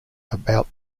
about